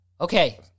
Okay